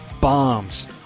bombs